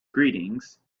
greetings